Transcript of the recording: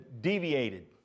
deviated